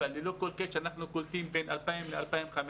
ללא כל קשר, אנחנו קולטים בין 2,000 ל-2,500.